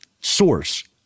source